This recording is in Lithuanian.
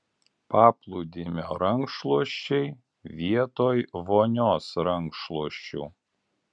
paplūdimio rankšluosčiai vietoj vonios rankšluosčių